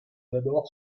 d’abord